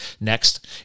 next